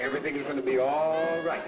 everything is going to be all right